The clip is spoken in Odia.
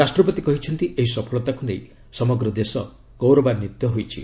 ରାଷ୍ଟ୍ରପତି କହିଛନ୍ତି ଏହି ସଫଳତାକୁ ନେଇ ସମଗ୍ ଦେଶ ଗୌରବାନ୍ନିତ ହୋଇଛି